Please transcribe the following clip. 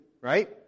right